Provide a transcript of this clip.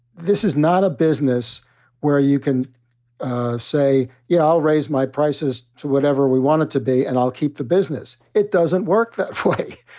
this is not a business where you can say, yeah, i'll raise my prices to whatever we want it to be. and i'll keep the business. it doesn't work that way.